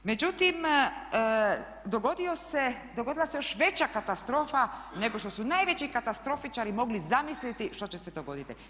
Međutim, dogodila se još veća katastrofa nego što su najveći katastrofičari mogli zamisliti što će se dogoditi.